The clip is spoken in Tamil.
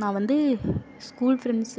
நான் வந்து ஸ்கூல் ஃப்ரெண்ட்ஸ்